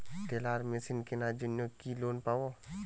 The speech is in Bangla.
টেলার মেশিন কেনার জন্য কি লোন পাব?